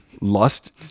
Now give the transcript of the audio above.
lust